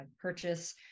purchase